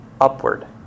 upward